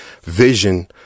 vision